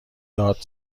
داد